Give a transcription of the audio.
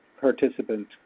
participant